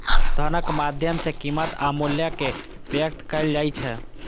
धनक माध्यम सं कीमत आ मूल्य कें व्यक्त कैल जाइ छै